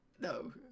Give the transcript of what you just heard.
no